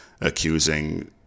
accusing